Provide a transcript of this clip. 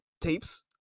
tapes